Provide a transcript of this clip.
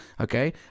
Okay